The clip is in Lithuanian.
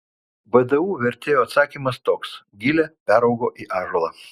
vdu vertėjo atsakymas toks gilė peraugo į ąžuolą